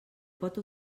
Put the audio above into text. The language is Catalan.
pot